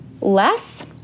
less